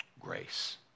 Grace